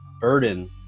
burden